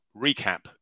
recap